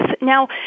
Now